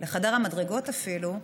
לחדר המדרגות אפילו,